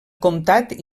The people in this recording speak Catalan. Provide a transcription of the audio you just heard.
comtat